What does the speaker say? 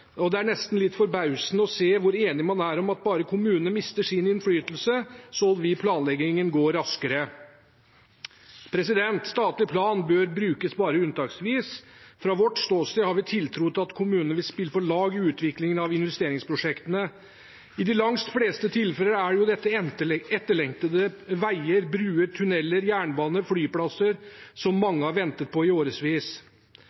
Det er nesten litt forbausende å se hvor enige man er om at bare kommunene mister sin innflytelse, vil planleggingen gå raskere. Statlig plan bør brukes bare unntaksvis. Fra vårt ståsted har vi tiltro til at kommunene vil spille på lag i utviklingen av investeringsprosjektene. I de langt fleste tilfeller er jo dette etterlengtede veier, bruer, tunneler, jernbaner og flyplasser, som